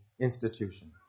institution